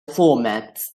formats